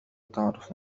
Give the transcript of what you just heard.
تعرف